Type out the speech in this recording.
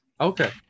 Okay